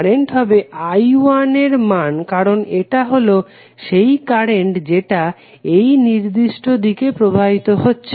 current হবে I1 এর মান কারণ এটা হলো সেই কারেন্ট যেটা এই নির্দিষ্ট দিক দিয়ে প্রবাহিত হচ্ছে